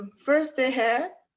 first, the head.